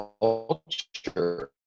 culture